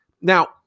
Now